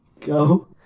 Go